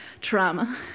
trauma